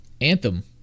Anthem